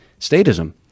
statism